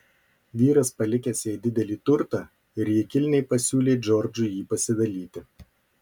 vyras palikęs jai didelį turtą ir ji kilniai pasiūlė džordžui jį pasidalyti